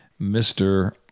Mr